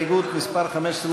הסתייגות מס' 15,